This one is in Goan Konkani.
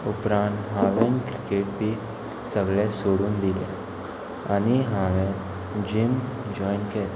उपरांत हांवें क्रिकेट बी सगळें सोडून दिले आनी हांवें जीम जॉयन केलें